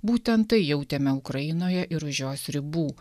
būtent tai jautėme ukrainoje ir už jos ribų